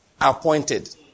appointed